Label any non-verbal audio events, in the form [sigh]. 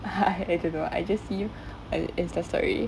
[laughs] I I don't know I just see my insta story